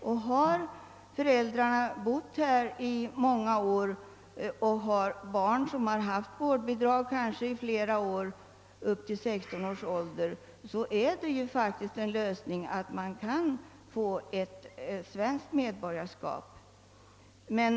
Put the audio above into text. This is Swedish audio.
Om de har bott här i många år och deras barn haft vårdbidrag kanske i flera år upp till 16 års ålder är lösningen faktiskt att de får svenskt medborgarskap.